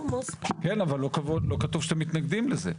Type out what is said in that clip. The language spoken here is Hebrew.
כן, אבל לא כתוב שאתם מתנגדים לזה.